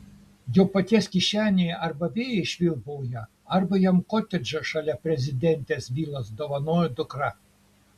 jo paties kišenėje arba vėjai švilpauja arba jam kotedžą šalia prezidentės vilos dovanojo dukra